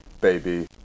baby